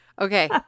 Okay